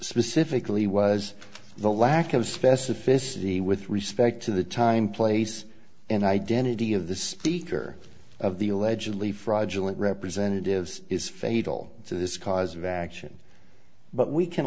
specifically was the lack of specificity with respect to the time place and identity of the speaker of the allegedly fraudulent representative is fatal to this cause of action but we can